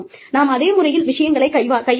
நாம் அதே முறையில் விஷயங்களை கையாளுவோம்